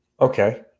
Okay